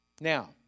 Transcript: Now